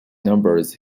numbers